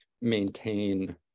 maintain